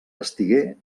estigué